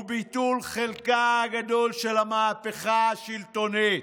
הוא ביטול חלקה הגדול של המהפכה השלטונית.